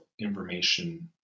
information